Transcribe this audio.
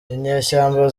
inyeshyamba